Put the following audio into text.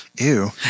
Ew